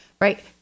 right